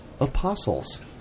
apostles